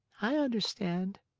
i understand,